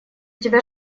тебя